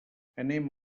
anem